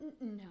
No